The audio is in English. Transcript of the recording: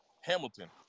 hamilton